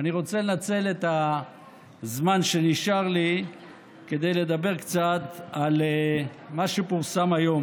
אני רוצה לנצל את הזמן שנשאר לי כדי לדבר קצת על מה שפורסם היום.